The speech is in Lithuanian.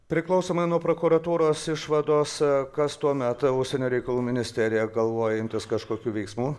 priklausomai nuo prokuratūros išvados kas tuomet užsienio reikalų ministerija galvoja imtis kažkokių veiksmų